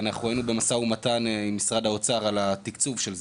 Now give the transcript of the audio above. אנחנו היינו במשא ומתן עם משרד האוצר על התקצוב של זה.